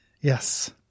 Yes